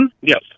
yes